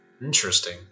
Interesting